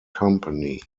company